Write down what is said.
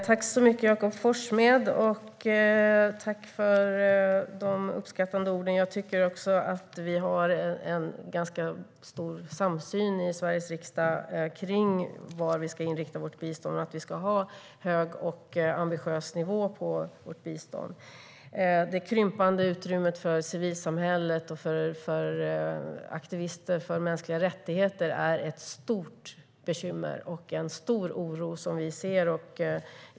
Herr talman! Tack för de uppskattande orden, Jakob Forssmed! Vi i Sveriges riksdag har en ganska stor samsyn om vad vi ska inrikta vårt bistånd på och att det ska vara en hög och ambitiös nivå på biståndet. Det krympande utrymmet för civilsamhället och för aktivister för mänskliga rättigheter är ett stort bekymmer och inger en stor oro.